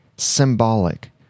symbolic